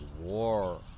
war